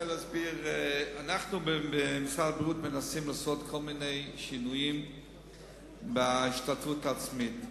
אנחנו במשרד הבריאות מנסים לעשות כל מיני שינויים בהשתתפות העצמית.